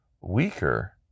weaker